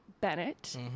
Bennett